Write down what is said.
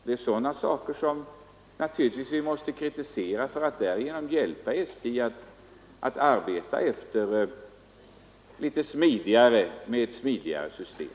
Det är sådana företeelser som vi måste kritisera för att därigenom hjälpa SJ att arbeta med ett litet smidigare system.